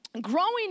growing